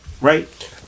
right